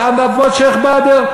כן, על אדמות שיח'-באדר.